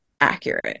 accurate